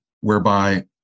whereby